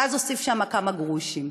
ואז הוסיף שם כמה גרושים.